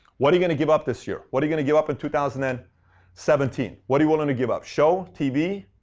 what are you going to give up this year? what are you going to give up in two thousand and seventeen what are you willing to give up? show? t v?